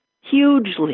hugely